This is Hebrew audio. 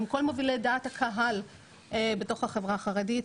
עם כל מובילי דעת הקהל בתוך החברה החרדית.